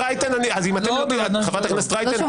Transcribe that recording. לא נקראתי עכשיו שלוש פעמים.